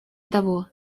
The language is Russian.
того